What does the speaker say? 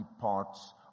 parts